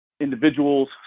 individuals